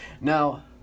Now